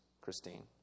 Christine